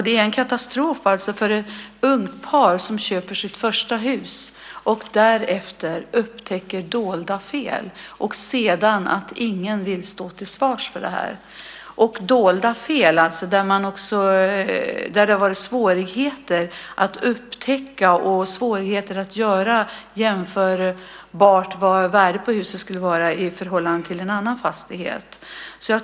Det är en katastrof för ett ungt par som köper sitt första hus och sedan upptäcker dolda fel som ingen vill stå till svars för. Det kan vara dolda fel som det har varit svårt att upptäcka och det kan vara svårt att jämföra vad värdet på huset skulle vara i förhållande till en annan fastighet.